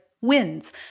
wins